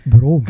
Bro